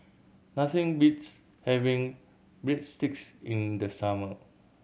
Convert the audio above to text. nothing beats having Breadsticks in the summer